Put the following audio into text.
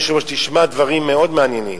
אדוני היושב-ראש, תשמע דברים מאוד מעניינים.